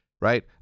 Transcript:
Right